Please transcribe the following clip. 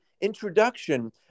introduction